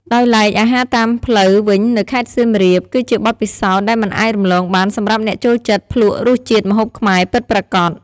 ដោយឡែកអាហារតាមផ្លូវវិញនៅខេត្តសៀមរាប គឺជាបទពិសោធន៍ដែលមិនអាចរំលងបានសម្រាប់អ្នកចូលចិត្តភ្លក្សរសជាតិម្ហូបខ្មែរពិតប្រាកដ។